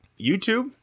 YouTube